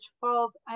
falls